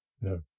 No